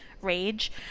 rage